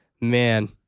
Man